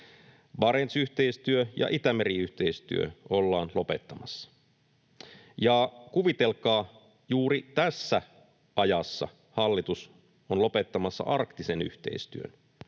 Barents-yhteistyö ja Itämeri-yhteistyö ollaan lopettamassa. Ja kuvitelkaa: juuri tässä ajassa hallitus on lopettamassa arktisen yhteistyön.